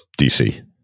DC